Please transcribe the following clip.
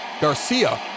Garcia